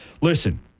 Listen